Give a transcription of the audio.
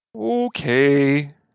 Okay